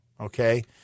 okay